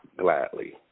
gladly